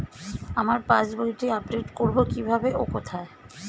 আমার পাস বইটি আপ্ডেট কোরবো কীভাবে ও কোথায়?